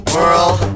World